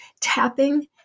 tapping